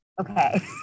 okay